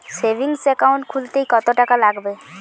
Savings account খুলতে কতটাকা লাগবে?